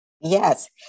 Yes